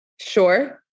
sure